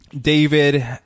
david